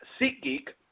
SeatGeek